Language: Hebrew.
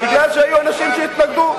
כי היו אנשים שהתנגדו.